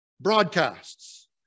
broadcasts